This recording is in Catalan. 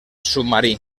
submarí